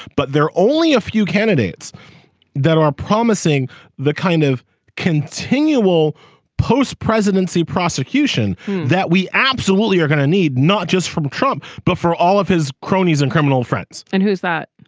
but there are only a few candidates that are promising the kind of continual post presidency prosecution that we absolutely are going to need not just from trump but for all of his cronies and criminal friends. and who is that.